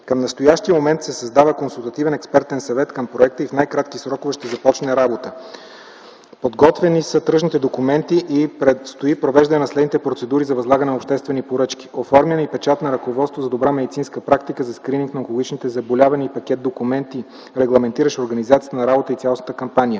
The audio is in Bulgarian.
Към настоящия момент се създава консултативен експертен съвет към проекта и в най-кратки срокове ще започне работа. Подготвени са тръжните документи и предстои провеждане на следните процедури за възлагане на обществени поръчки: оформяне и печат на ръководство за добра медицинска практика за скрининг на онкологичните заболявания и пакет документи, регламентиращи организацията на работата и цялостната кампания,